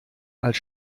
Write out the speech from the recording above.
als